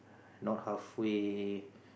not halfway